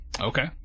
Okay